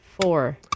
Four